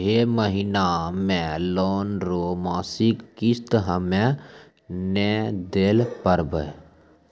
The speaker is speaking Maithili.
है महिना मे लोन रो मासिक किस्त हम्मे नै दैल पारबौं